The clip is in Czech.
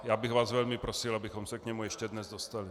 Já bych vás velmi prosil, abychom se k němu ještě dnes dostali.